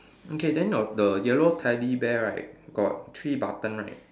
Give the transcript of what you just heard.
okay then your the yellow teddy bear right got three button right